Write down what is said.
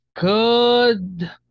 Good